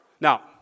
Now